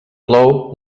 plou